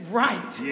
right